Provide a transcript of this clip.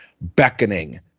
beckoning